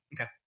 Okay